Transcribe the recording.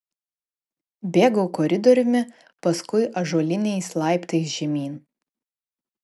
bėgau koridoriumi paskui ąžuoliniais laiptais žemyn